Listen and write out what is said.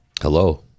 Hello